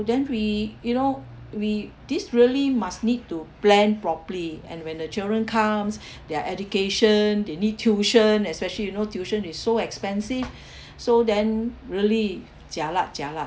then we you know we this really must need to plan properly and when the children comes their education they need tuition especially you know tuition is so expensive so then really jialat jialat